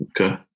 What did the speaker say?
Okay